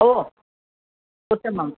ओ उत्तमम्